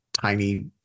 tiny